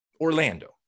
Orlando